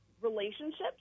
relationships